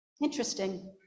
Interesting